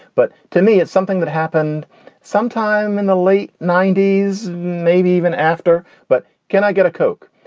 but to me, it's something that happened sometime in the late nineties, maybe even after. but can i get a coke?